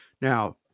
Now